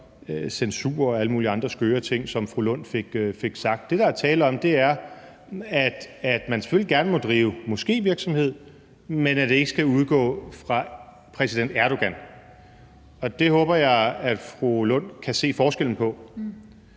censur og alle mulige andre skøre ting, som fru Rosa Lund fik sagt. Det, der er tale om, er, at man selvfølgelig gerne må drive moskévirksomhed, men at det ikke skal udgå fra præsident Erdogan. Det håber jeg at fru Rosa Lund kan se forskellen på.